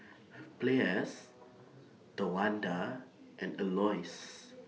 Play as Tawanda and Elouise